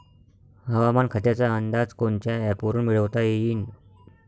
हवामान खात्याचा अंदाज कोनच्या ॲपवरुन मिळवता येईन?